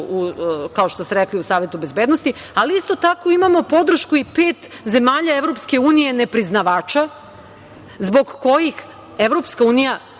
kao što ste rekli, u Savetu bezbednosti, ali isto tako imamo podršku i pet zemalja EU nepriznavača zbog kojih EU mora da